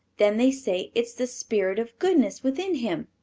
then they say it's the spirit of goodness within him.